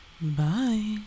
Bye